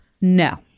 No